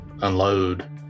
unload